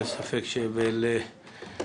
אין ספק שגם לידידי,